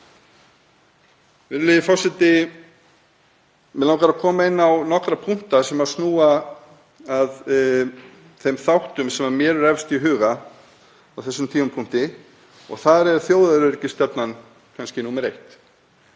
Mig langar að koma inn á nokkra punkta sem snúa að þeim þáttum sem mér eru efst í huga á þessum tímapunkti og þar er þjóðaröryggisstefnan kannski númer eitt,